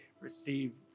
receive